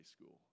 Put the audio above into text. school